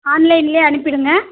ஆன்லைனிலே அனுப்பிவிடுங்க